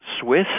Swiss